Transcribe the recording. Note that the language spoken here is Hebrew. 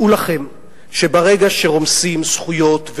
דעו לכם שברגע שרומסים זכויות,